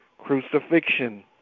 crucifixion